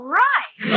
right